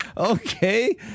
Okay